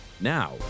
now